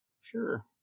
sure